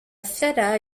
theta